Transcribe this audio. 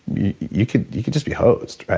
you could you could just be hosed, right?